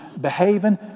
behaving